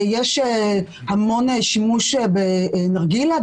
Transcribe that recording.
יש המון שימוש בנרגילה,